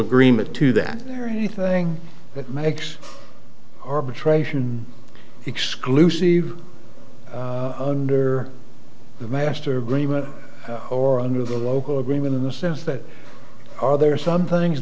agreement to that very thing that makes arbitration exclusive under the master agreement or under the local agreement in the sense that are there some things